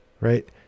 right